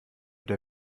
der